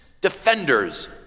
defenders